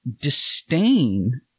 disdain